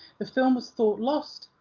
the film was thought lost,